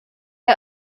are